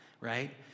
right